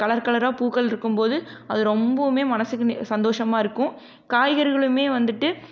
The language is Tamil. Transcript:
கலர் கலராக பூக்களிருக்கும் போது அது ரொம்பவுமே மனசுக்கு சந்தோஷமாகருக்கும் காய்கறிகளுமே வந்துட்டு